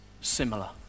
similar